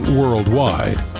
worldwide